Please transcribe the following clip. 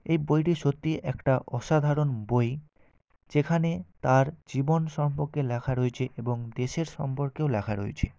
এই বইটি সত্যি একটা অসাধারণ বই যেখানে তার জীবন সম্পর্ক লেখা রয়েছে এবং দেশের সম্পর্কেও লেখা রয়েছে